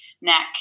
neck